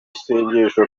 isengesho